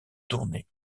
tournée